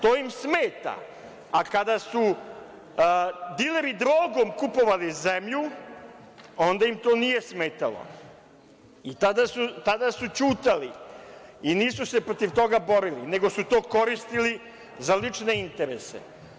To im smeta, a kada su dileri drogom kupovali zemlju, onda im to nije smetalo i tada su ćutali i nisu se protiv toga borili, nego su to koristili za lične interese.